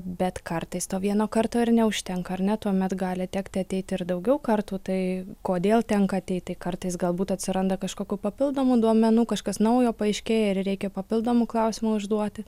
bet kartais to vieno karto ir neužtenka ar ne tuomet gali tekti ateiti ir daugiau kartų tai kodėl tenka ateiti kartais galbūt atsiranda kažkokių papildomų duomenų kažkas naujo paaiškėja ir reikia papildomų klausimų užduoti